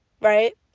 right